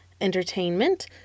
Entertainment